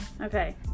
Okay